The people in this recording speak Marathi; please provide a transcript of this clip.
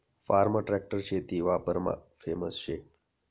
फार्म ट्रॅक्टर शेती वापरमा फेमस शे